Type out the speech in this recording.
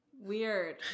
Weird